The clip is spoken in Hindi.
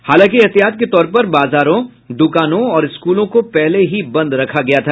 हालांकि एहतियात के तौर पर बाजारों दुकानों और स्कूलों को पहले ही बंद रखा गया था